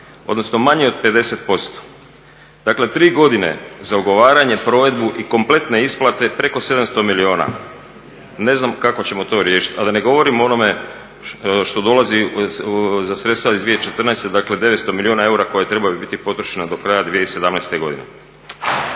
odnosno manje od 50%. Dakle, tri godine za ugovaranje, provedbu i kompletne isplate preko 700 milijuna. Ne znam kako ćemo to riješiti, a da ne govorim o onome što dolazi za sredstva iz 2014., dakle 900 milijuna eura koji trebaju biti potrošeni do kraja 2017. godine.